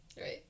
Right